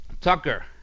Tucker